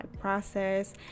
process